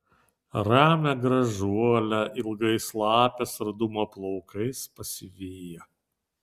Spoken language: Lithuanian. ramią gražuolę ilgais lapės rudumo plaukais pasivijo